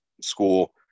school